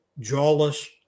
jawless